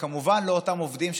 וכמובן לא אותם עובדים,